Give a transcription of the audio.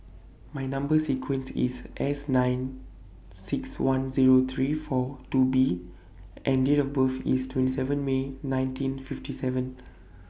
My Number sequence IS S nine six one Zero three four two B and Date of birth IS twenty seven May nineteen fifty seven